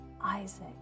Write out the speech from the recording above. Isaac